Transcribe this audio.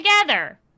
together